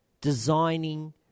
designing